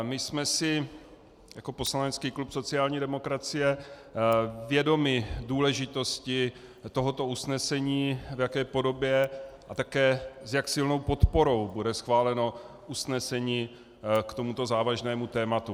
My jsme si jako poslanecký klub sociální demokracie vědomi důležitosti tohoto usnesení, v jaké podobě a také s jak silnou podporou bude schváleno usnesení k tomuto závažnému tématu.